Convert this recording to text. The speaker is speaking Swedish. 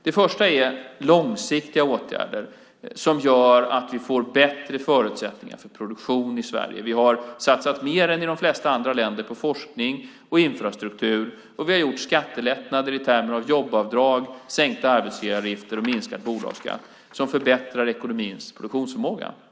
Det första är långsiktiga åtgärder som gör att vi får bättre förutsättningar för produktion i Sverige. Vi har satsat mer än de flesta andra länder på forskning och infrastruktur, och vi har gjort skattelättnader i termer av jobbavdrag, sänkta arbetsgivaravgifter och minskad bolagsskatt som förbättrar ekonomins produktionsförmåga.